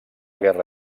guerra